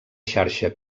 xarxa